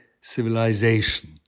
Civilization